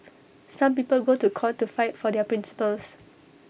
some people go to court to fight for their principles